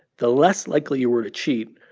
the less likely you were to cheat,